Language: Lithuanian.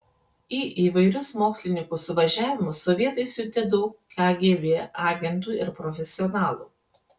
į įvairius mokslininkų suvažiavimus sovietai siuntė daug kgb agentų ir profesionalų